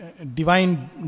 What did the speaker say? Divine